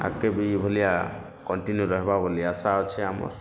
ଆଗ୍କେ ବି ଏଇ ଭଳିଆ କଣ୍ଟିନ୍ୟୁ ରହିବ ବୋଲି ଆଶା ଅଛି ଆମର୍